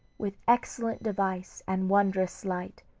with excellent device and wondrous slight,